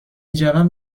جوم